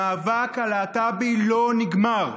המאבק הלהט"בי לא נגמר.